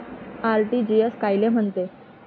RTGS कायले म्हनते?